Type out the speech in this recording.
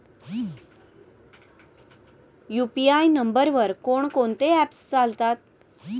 UPI नंबरवर कोण कोणते ऍप्स चालतात?